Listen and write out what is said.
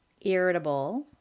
irritable